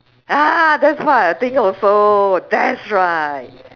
ah that's what I think also that's right